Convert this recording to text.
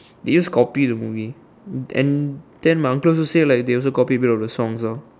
they just copy the movie and then my uncle also say like they also copy a bit of the songs ah